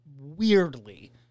weirdly